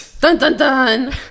Dun-dun-dun